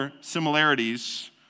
similarities